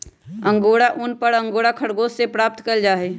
angora ऊन एक angora खरगोश से प्राप्त कइल जाहई